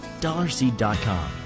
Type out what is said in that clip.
DollarSeed.com